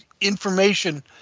information